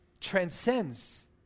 transcends